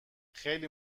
خیلی